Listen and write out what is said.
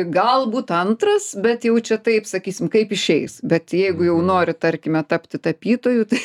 galbūt antras bet jau čia taip sakysim kaip išeis bet jeigu jau nori tarkime tapti tapytoju tai